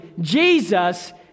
Jesus